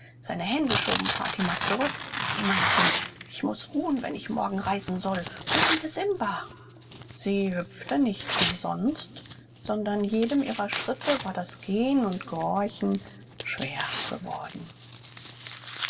seine hände schoben fatima zurück gehe mein kind ich muß ruhen wenn ich morgen reisen soll rufe mir simba sie hüpfte nicht wie sonst sondern jedem ihrer schritte war das gehen und gehorchen schwer geworden